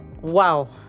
Wow